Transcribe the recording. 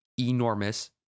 enormous